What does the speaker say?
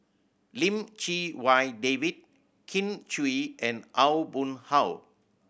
Lim Chee Wai David Kin Chui and Aw Boon Haw